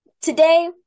Today